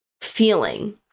feeling